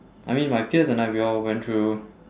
I mean my peers and I we all went through